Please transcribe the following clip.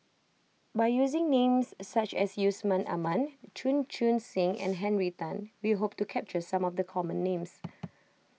by using names such as Yusman Aman Chan Chun Sing and Henry Tan we hope to capture some of the common names